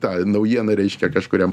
tą naujieną reiškia kažkuriam